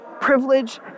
privilege